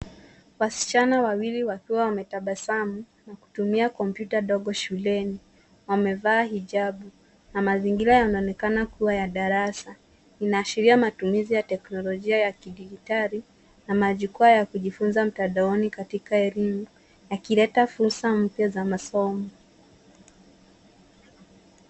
Wasichana wawili wakiwa wametabasamu na kutumia kompyuta ndogo shuleni. Wamevaa hijabu na mazingira yanaonekana kuwa ya darasa. Inaashiria matumizi ya teknolojia ya kidijitali na majukwaa ya kujifunza mtandaoni katika elimu yakileta fursa mpya za masomo.